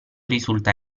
risulta